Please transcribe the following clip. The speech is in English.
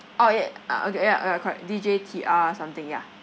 orh ya ah okay ya ya correct D J T R something yeah